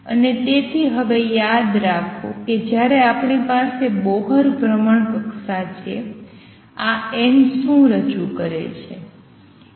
અને તેથી હવે યાદ રાખો કે જ્યારે આપણી પાસે બોહર ભ્રમણકક્ષા છે આ n શું રજૂ કરે છે